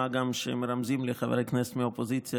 מה גם שמרמזים לי חברי כנסת מהאופוזיציה